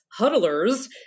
huddlers